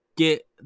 Get